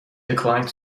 declined